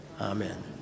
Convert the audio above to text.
Amen